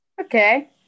Okay